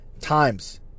times